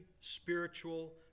spiritual